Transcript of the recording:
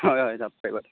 হয় হয় যাব পাৰিবা